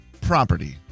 property